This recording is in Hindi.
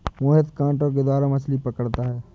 मोहित कांटे के द्वारा मछ्ली पकड़ता है